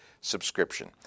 subscription